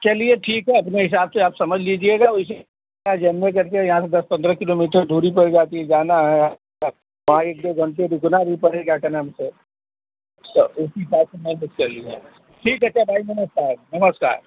चलिए ठीक है अपने हिसाब से आप समझ लीजिएगा वैसे जनबै करते हो यहाँ से दस पन्द्रह किलोमीटर दूरी पड़ जाती है जाना है वहाँ एक दो घंटे रुकना भी पड़ेगा क्या नाम से तो उसी हिसाब से मैनेज कर लिया ठीक है अच्छा भाई नमस्कार नमस्कार